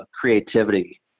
creativity